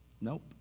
Nope